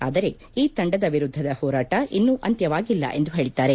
ಆದರೆ ಈ ತಂಡದ ವಿರುದ್ದದ ಹೋರಾಟ ಇನ್ನೂ ಅಂತ್ಯವಾಗಿಲ್ಲ ಎಂದಿದ್ದಾರೆ